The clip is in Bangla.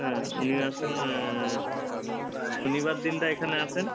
হ্যাঁ উনি আসেন শনিবার দিনটা এখানে আসেন